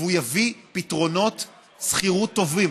ויביא פתרונות שכירות טובים.